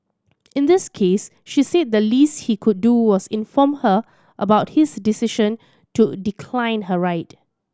in this case she said the least he could do was inform her about his decision to decline her ride